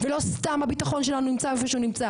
ולא סתם הביטחון שלנו נמצא איפה שהוא נמצא,